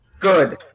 Good